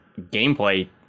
gameplay